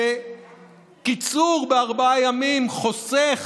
שקיצור בארבעה ימים חוסך